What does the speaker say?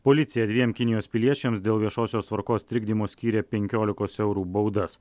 policija dviem kinijos piliečiams dėl viešosios tvarkos trikdymo skyrė penkiolikos eurų baudas